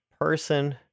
person